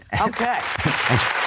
Okay